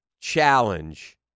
challenge